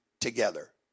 together